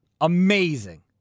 amazing